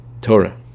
Torah